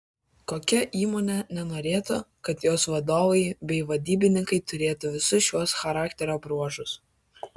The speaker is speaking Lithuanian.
kokia įmonė nenorėtų kad jos vadovai bei vadybininkai turėtų visus šiuos charakterio bruožus